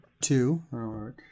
two